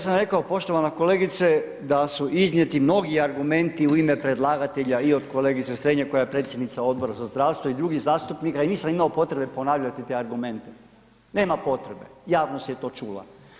Ja sam rekao poštovana kolegice da su iznijeti mnogi argumenti u ime predlagatelja i od kolegice Strenje koja je predsjednica Odbora za zdravstvo i drugih zastupnika i nisam imao potrebe ponavljati te argumente, nema potrebe, javnost je to čula.